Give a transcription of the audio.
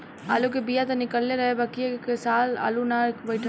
आलू के बिया त निकलल रहे बाकिर ए साल आलू ना बइठल